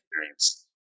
experience